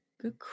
good